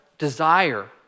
desire